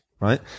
right